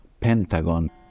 pentagon